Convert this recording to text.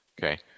Okay